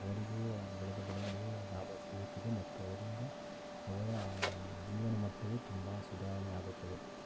ಅವರಿಗೂ ಆ ಬೆಳೆದ ಬೆಳೆಗಳಿಗೂ ಲಾಭ ಸಿಗುತ್ತದೆ ಮತ್ತು ಅದರಿಂದ ಅವರ ಜೀವನ ಮಟ್ಟವು ತುಂಬ ಸುಧಾರಣೆ ಆಗುತ್ತದೆ